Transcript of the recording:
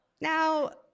Now